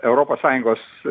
europos sąjungos